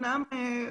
כלומר,